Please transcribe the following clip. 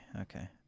Okay